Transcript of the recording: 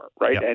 right